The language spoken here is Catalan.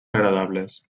agradables